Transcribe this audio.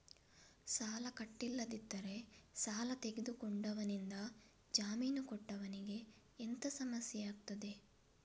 ಸಾಲ ಕಟ್ಟಿಲ್ಲದಿದ್ದರೆ ಸಾಲ ತೆಗೆದುಕೊಂಡವನಿಂದ ಜಾಮೀನು ಕೊಟ್ಟವನಿಗೆ ಎಂತ ಸಮಸ್ಯೆ ಆಗ್ತದೆ?